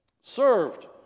served